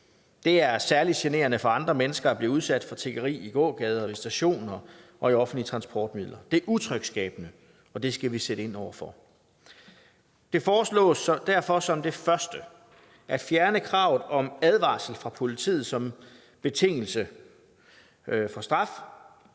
Det er særlig generende for andre mennesker at blive udsat for tiggeri i gågader, ved stationer og i offentlige transportmidler. Det er utryghedsskabende, og det skal vi sætte ind over for. Det foreslås derfor som det første at fjerne kravet om advarsel fra politiet som betingelse for straf,